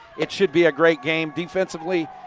it should be a great game defensively,